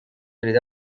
olid